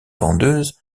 vendeuse